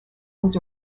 was